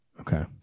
Okay